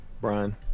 Brian